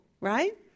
right